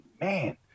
man